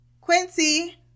Quincy